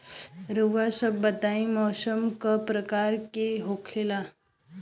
रउआ सभ बताई मौसम क प्रकार के होखेला?